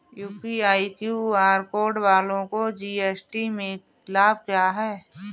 UPI QR code वालों को GST में लाभ क्या है?